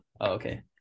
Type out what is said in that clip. Okay